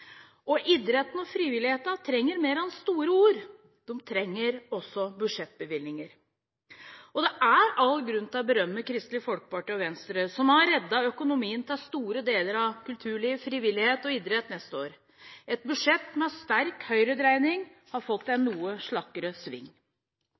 storsamfunnet. Idretten og frivilligheten trenger mer enn store ord, de trenger også budsjettbevilgninger. Det er all grunn til å berømme Kristelig Folkeparti og Venstre, som har reddet økonomien til store deler av kulturliv, frivillighet og idrett neste år. Et budsjett med sterk høyredreining har fått en